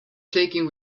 shaking